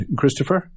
Christopher